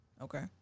Okay